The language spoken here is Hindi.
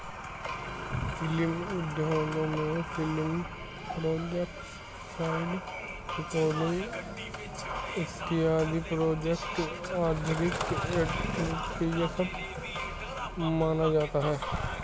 फिल्म उद्योगों में फिल्म प्रोडक्शन साउंड रिकॉर्डिंग इत्यादि प्रोजेक्ट आधारित एंटरप्रेन्योरशिप माना जाता है